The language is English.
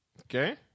Okay